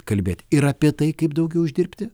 kalbėt ir apie tai kaip daugiau uždirbti